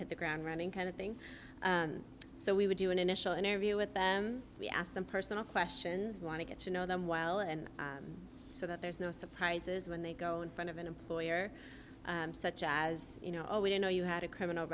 hit the ground running kind of thing so we would do an initial interview with them we ask them personal questions want to get to know them well and so that there's no surprises when they go in front of an employer such as you know we didn't know you had a criminal